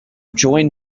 join